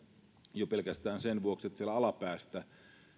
jo pelkästään sen vuoksi että sieltä alapäästä